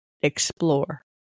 explore